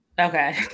okay